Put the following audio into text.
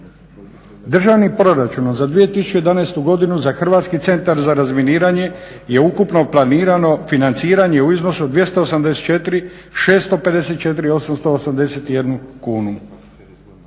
Državnim proračunom za 2011. godinu za Hrvatski centar za razminiranje je ukupno planirano financiranje u iznosu od 284 654 881 kunu.